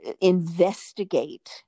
investigate